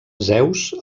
zeus